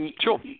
Sure